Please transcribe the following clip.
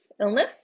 illness